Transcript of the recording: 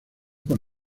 con